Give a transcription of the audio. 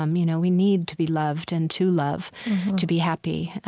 um you know we need to be loved and to love to be happy.